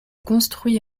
construit